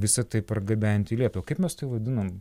visa tai pargabenti į lietuvą kaip mes tai vadinam